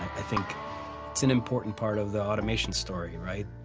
i think it's an important part of the automation story, right?